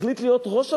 החליט להיות ראש הממשלה.